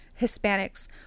Hispanics